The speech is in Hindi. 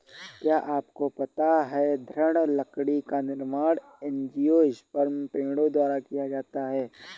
क्या आपको पता है दृढ़ लकड़ी का निर्माण एंजियोस्पर्म पेड़ों द्वारा किया जाता है?